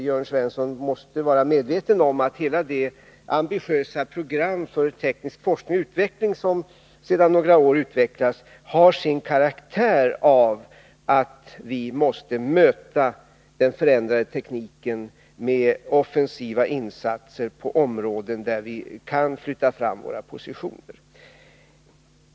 Jörn Svensson måste vara medveten om att hela det ambitiösa program för teknisk forskning och utveckling som sedan några år tillbaka utvecklats har sin karaktär av att vi måste möta den förändrade tekniken med offensiva insatser på områden där vi kan flytta fram våra positioner.